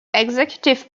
executive